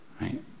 right